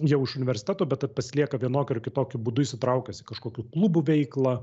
jau iš universiteto bet pasilieka vienokiu ar kitokiu būdu įsitraukęs į kažkokių klubų veiklą